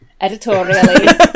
editorially